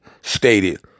stated